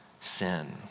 sin